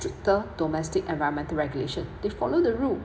stricter domestic environmental regulation they follow the rule